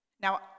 Now